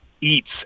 eats